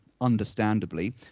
understandably